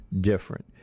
different